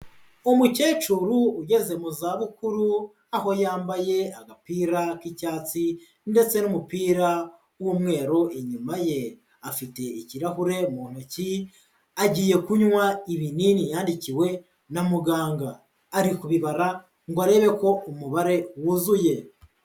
Umukecuru ugeze mu zabukuru, aho yambaye agapira k'icyatsi ndetse n'umupira w'umweru inyuma ye, afite ikirahure mu ntoki agiye kunywa ibinini yandikiwe na muganga, ari kubibara ngo arebe ko umubare wuzuye.